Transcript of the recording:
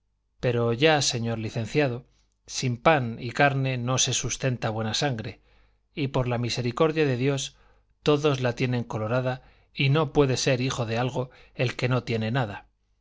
pero ya señor licenciado sin pan y carne no se sustenta buena sangre y por la misericordia de dios todos la tienen colorada y no puede ser hijo de algo el que no tiene nada